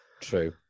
true